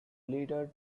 leader